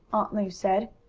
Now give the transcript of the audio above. aunt lu said,